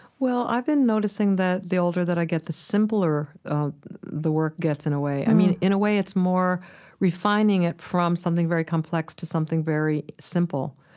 well, i've been noticing that the older that i get, the simpler the work gets in a way. i mean, in a way it's more refining it from something very complex to something very simple.